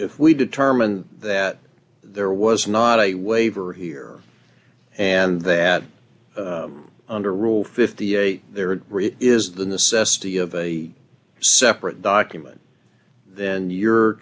if we determined that there was not a waiver here and that under rule fifty eight there is the necessity of a separate document then you're